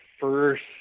first